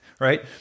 right